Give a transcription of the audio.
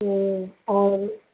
तो और